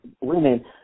women